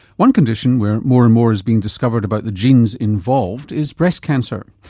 one condition where more and more is being discovered about the genes involved is breast cancer.